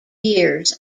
years